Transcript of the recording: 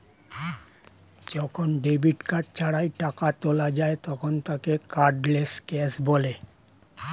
যখন debit card ছাড়াই টাকা তোলা যায় তখন তাকে কার্ডলেস ক্যাশ বলে